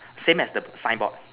same as the sign board